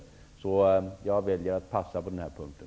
Jag väljer att ligga lågt på den här punkten.